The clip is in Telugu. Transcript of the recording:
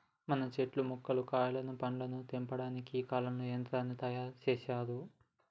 మనం చెట్టు యొక్క కాయలను పండ్లను తెంపటానికి ఈ కాలంలో యంత్రాన్ని తయారు సేసారు